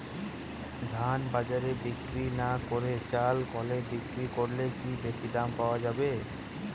ধান বাজারে বিক্রি না করে চাল কলে বিক্রি করলে কি বেশী দাম পাওয়া যাবে?